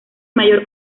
mayor